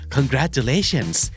Congratulations